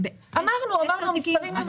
עשר תיקים?